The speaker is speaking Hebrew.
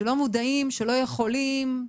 שלא מודעים, שלא יכולים.